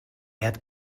have